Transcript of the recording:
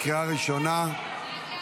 בקריאה ראשונה.